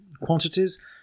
quantities